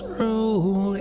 roll